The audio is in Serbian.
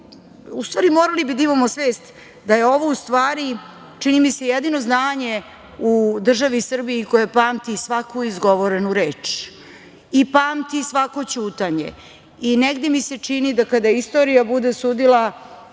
U stvari morali bismo da imamo svest da je ovo u stvari, čini mi se jedino zdanje u državi Srbiji koje pamti svaku izgovorenu reč i pamti svako ćutanje i negde mi se čini da kada istorija bude sudila